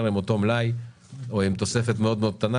עם אותו מלאי או עם תוספת מאוד קטנה,